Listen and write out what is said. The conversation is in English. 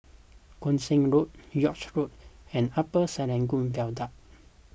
Koon Seng Road York Road and Upper Serangoon Viaduct